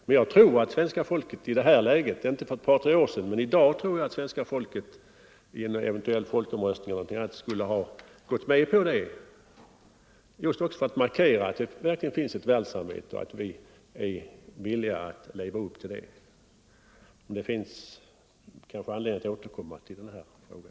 Men jag tror att svenska folket, inte för ett par tre år sedan men i dag, skulle ha gått med på ett sådant här förfarande för att också markera att det verkligen finns ett världssamvete och att vi är villiga att leva upp till de krav som detta ställer på oss. Det blir kanske anledning att återkomma till den här frågan.